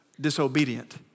disobedient